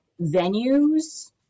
venues